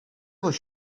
was